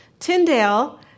Tyndale